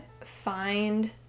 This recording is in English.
find